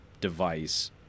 device